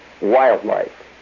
wildlife